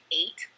eight